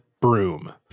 broom